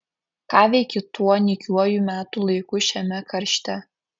ką veiki tuo nykiuoju metų laiku šiame karšte